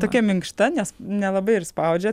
tokia minkšta nes nelabai ir spaudžia